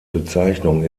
bezeichnung